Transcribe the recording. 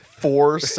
Four